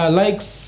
likes